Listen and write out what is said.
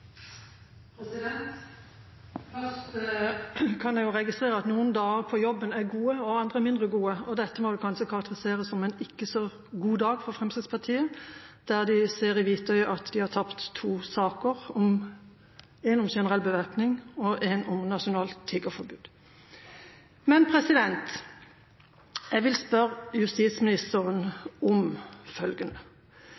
gode og andre mindre gode. Dette må vi kanskje karakterisere som en ikke så god dag for Fremskrittspartiet, der de ser i hvitøyet at de har tapt to saker, en om generell bevæpning og en om nasjonalt tiggeforbud. Men jeg vil spørre justisministeren om følgende: